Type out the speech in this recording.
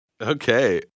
Okay